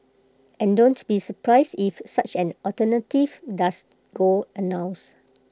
and don't be surprised if such an alternative does go announced